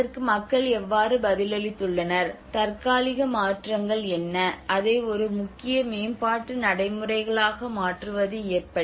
அதற்கு மக்கள் எவ்வாறு பதிலளித்துள்ளனர் தற்காலிக மாற்றங்கள் என்ன அதை ஒரு முக்கிய மேம்பாட்டு நடைமுறைகளாக மாற்றுவது எப்படி